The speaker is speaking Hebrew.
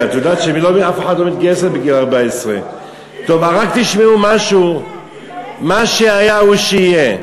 את יודעת שאף אחת לא מתגייסת בגיל 14. מה שהיה הוא שיהיה.